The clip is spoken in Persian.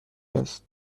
است